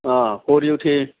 অঁ কৰি উঠি